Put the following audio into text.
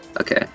Okay